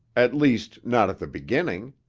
at least, not at the beginning.